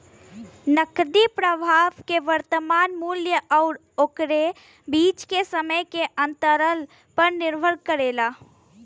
नकदी प्रवाह के वर्तमान मूल्य आउर ओकरे बीच के समय के अंतराल पर निर्भर करेला